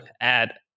add